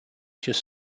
just